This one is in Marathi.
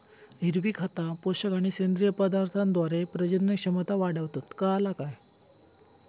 हिरवी खता, पोषक आणि सेंद्रिय पदार्थांद्वारे प्रजनन क्षमता वाढवतत, काळाला काय?